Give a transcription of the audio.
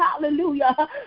Hallelujah